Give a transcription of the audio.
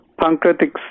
pancreatic